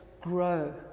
grow